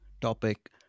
topic